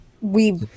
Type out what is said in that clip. we-